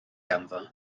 ganddo